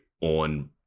on